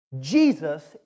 Jesus